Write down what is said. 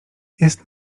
jest